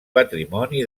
patrimoni